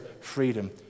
freedom